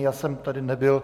Já jsem tady nebyl.